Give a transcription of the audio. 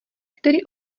který